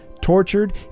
tortured